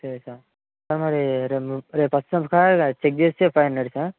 okay sir sir మరి రేపు రేపు వస్తాను సార్ చెక్ చేస్తే ఫైవ్ హండ్రెడ్ సార్